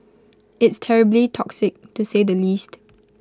it's terribly toxic to say the least